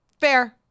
Fair